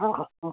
हा